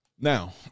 Now